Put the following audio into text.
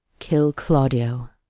kill claudio.